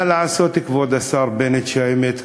מה לעשות, כבוד השר בנט, שהאמת כואבת?